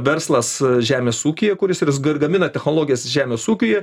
verslas žemės ūkyje kuris ir jis gamina technologijas žemės ūkiuje